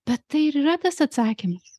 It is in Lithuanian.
bet tai ir yra tas atsakymas